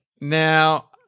Now